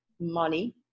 money